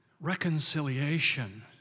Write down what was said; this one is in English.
Reconciliation